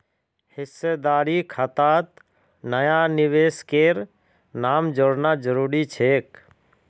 हिस्सेदारी खातात नया निवेशकेर नाम जोड़ना जरूरी छेक